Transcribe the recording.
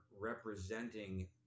representing